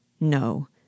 No